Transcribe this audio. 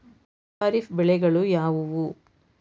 ಖಾರಿಫ್ ಬೆಳೆಗಳು ಯಾವುವು?